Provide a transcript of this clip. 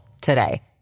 today